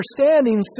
understanding